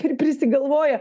ir prisigalvoja